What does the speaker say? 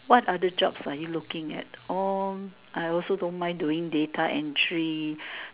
what other jobs are you looking at um I also don't mind doing data entry